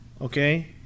okay